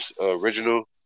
original